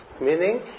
Meaning